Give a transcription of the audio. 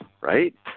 right